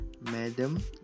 madam